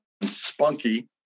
spunky